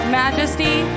majesty